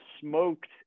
smoked